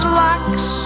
locks